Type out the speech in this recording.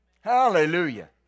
Hallelujah